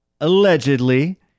Allegedly